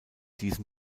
diesem